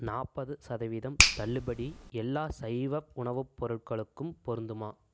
நாற்பது சதவீதம் தள்ளுபடி எல்லா சைவ உணவு பொருட்களுக்கும் பொருந்துமா